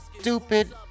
Stupid